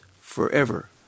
forever